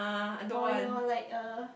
or your like a